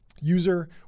user